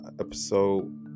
episode